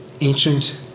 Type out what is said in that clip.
ancient